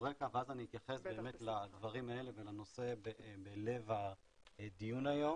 רקע ואז אני אתייחס לדברים האלה ולנושא בלב הדברים היום.